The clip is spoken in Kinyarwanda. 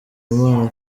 imana